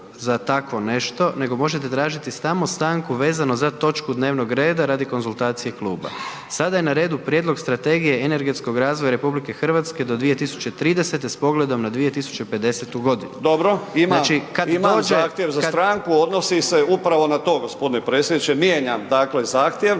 Dobro, imam zahtjev za stanku, odnosi se upravo na to g. predsjedniče, mijenjam dakle zahtjev.